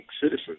citizens